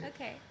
Okay